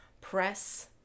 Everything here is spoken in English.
press